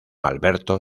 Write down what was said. alberto